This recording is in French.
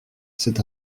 c’est